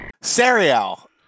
Serial